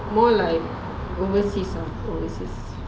more like overseas ah overseas